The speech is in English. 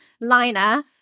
liner